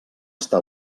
està